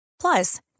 Plus